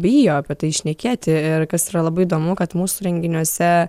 bijo apie tai šnekėti ir kas yra labai įdomu kad mūsų renginiuose